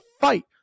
fight